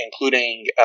including